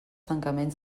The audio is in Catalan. tancaments